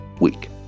week